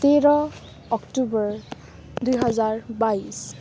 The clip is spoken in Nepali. तेह्र अक्टोबर दुई हजार बाइस